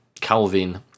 calvin